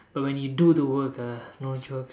but when you do the work ah no joke